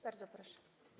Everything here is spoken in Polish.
Bardzo proszę.